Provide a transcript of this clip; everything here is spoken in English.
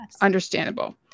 understandable